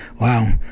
wow